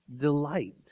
delight